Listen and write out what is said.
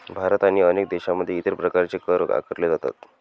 भारत आणि अनेक देशांमध्ये इतर प्रकारचे कर आकारले जातात